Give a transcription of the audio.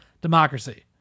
democracy